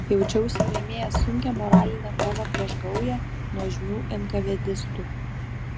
jaučiausi laimėjęs sunkią moralinę kovą prieš gaują nuožmių enkavėdistų